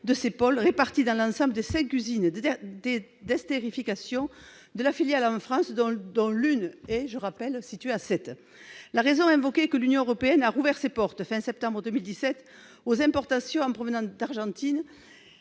de Saipol, répartis dans l'ensemble des cinq usines d'estérification de la filiale en France, dont l'une est située, je le rappelle, à Sète. La raison invoquée est que l'Union européenne a rouvert ses portes, à la fin de septembre 2017, aux importations en provenance d'Argentine,